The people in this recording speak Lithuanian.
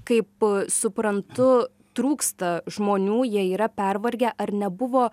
kaip suprantu trūksta žmonių jie yra pervargę ar nebuvo